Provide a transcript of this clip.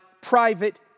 private